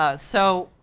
ah so,